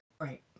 right